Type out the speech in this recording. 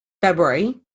February